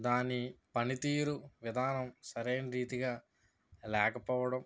దాని పనితీరు విధానం సరైన రీతిలో లేకపోవడం